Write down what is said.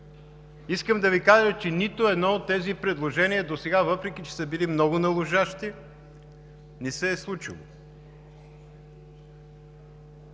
Искам да Ви кажа, че досега нито едно от тези предложения, въпреки че са били много належащи, не се е случило.